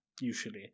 usually